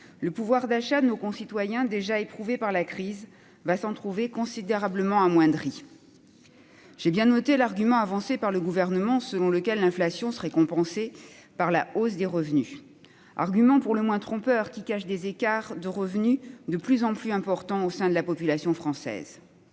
le pouvoir d'achat de nos concitoyens déjà éprouvés par la crise va se trouver considérablement amoindri. Le Gouvernement nous assure que l'inflation sera compensée par la hausse des revenus. Cet argument est pour le moins trompeur, car il cache des écarts de revenus de plus en plus importants au sein de la population française,